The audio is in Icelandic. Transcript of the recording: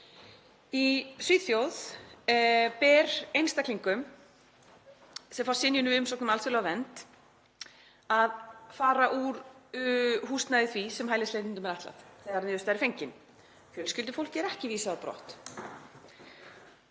Í Svíþjóð ber einstaklingum sem fá synjun við umsókn um alþjóðlega vernd að fara úr húsnæði því sem hælisleitendum er ætlað þegar niðurstaða er fengin. Fjölskyldufólki er ekki vísað á brott.